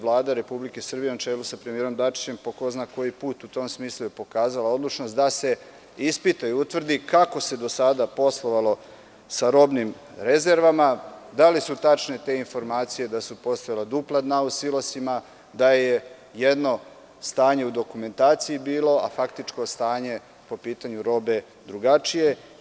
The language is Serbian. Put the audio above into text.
Vlada Republike Srbije, na čelu sa premijerom Dačićem, po ko zna koji put u tom smislu je pokazala odlučnost da se ispita i utvrdi kako se do sada poslovalo sa robnim rezervama, da li su tačne te informacije da su postojala dupla dna u silosima, da je bilo jedno stanje u dokumentaciji, a faktično stanje po pitanju robe drugačije.